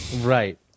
Right